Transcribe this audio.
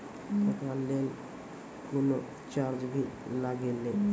एकरा लेल कुनो चार्ज भी लागैये?